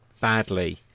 badly